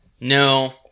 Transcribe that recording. no